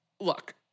look